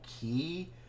key